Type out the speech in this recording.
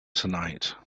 tonight